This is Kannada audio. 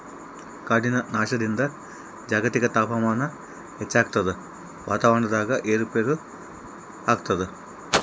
ಕಾಡಿನ ನಾಶದಿಂದ ಜಾಗತಿಕ ತಾಪಮಾನ ಹೆಚ್ಚಾಗ್ತದ ವಾತಾವರಣದಾಗ ಏರು ಪೇರಾಗ್ತದ